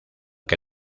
que